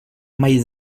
mai